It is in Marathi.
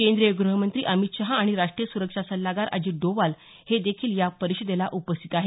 केंद्रीय गृहमंत्री अमित शाह आणि राष्ट्रीय सुरक्षा सल्लागार अजित डोवाल हे देखील या परिषदेला उपस्थित आहेत